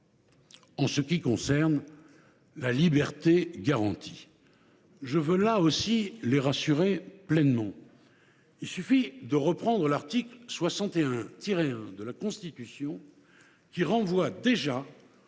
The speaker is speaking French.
» au sujet de la « liberté garantie ». Je veux, là aussi, les rassurer pleinement : il suffit de reprendre l’article 61 1 de la Constitution, qui renvoie déjà